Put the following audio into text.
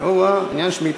אני מצרף